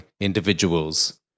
individuals